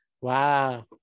Wow